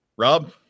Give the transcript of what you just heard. Rob